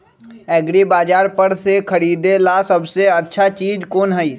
एग्रिबाजार पर से खरीदे ला सबसे अच्छा चीज कोन हई?